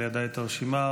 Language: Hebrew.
הרשימה,